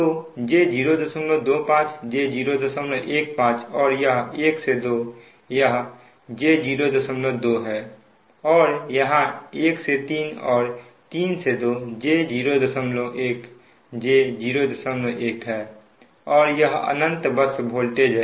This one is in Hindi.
तो j025 j015 और यह 1 से 2 यह j02 है और यहां 1 से 3 और 3 से 2 j01 j01 है और यह अनंत बस वोल्टेज है